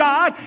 God